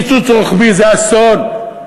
שקיצוץ רוחבי זה אסון.